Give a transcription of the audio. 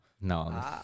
No